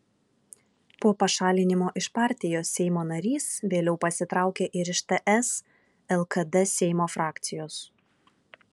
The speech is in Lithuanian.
po pašalinimo iš partijos seimo narys vėliau pasitraukė ir iš ts lkd seimo frakcijos